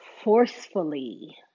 forcefully